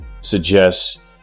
suggests